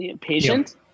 patient